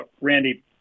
Randy